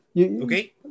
Okay